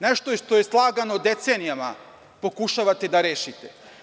Nešto što je slagano decenijama pokušavate da rešite.